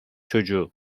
çocuğu